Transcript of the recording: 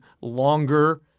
longer